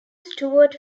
stewart